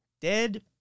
dead